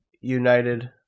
United